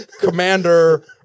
Commander